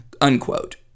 unquote